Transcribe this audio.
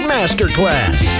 Masterclass